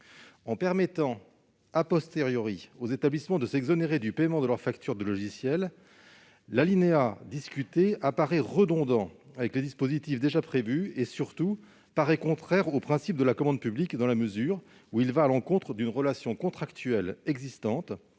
En permettant aux établissements de s'exonérer du paiement de leurs factures de logiciels, l'alinéa discuté paraît redondant avec les dispositifs déjà prévus et, surtout, contraire aux principes de la commande publique, dans la mesure où il va à l'encontre d'une relation contractuelle existante